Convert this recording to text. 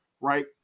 right